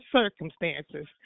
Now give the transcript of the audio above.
circumstances